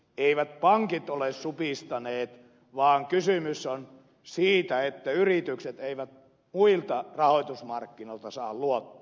eivät pankit ole supistaneet vaan kysymys on siitä että yritykset eivät muilta rahoitusmarkkinoilta saa luottoa